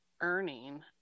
earning